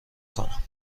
کنم